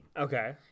Okay